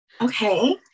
Okay